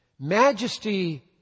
Majesty